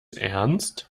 ernst